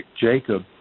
Jacob